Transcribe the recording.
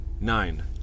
Nine